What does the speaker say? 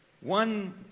one